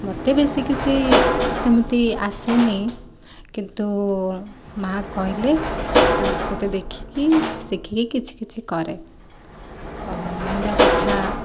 ମୋତେ ବି ସିଏ ସେମିତି ଆସେନି କିନ୍ତୁ ମାଆ କହିଲେ ତାଙ୍କ ସହିତ ଦେଖିକି ଶିଖିକି କିଛି କିଛି କରେ ମଣ୍ଡା ପିଠା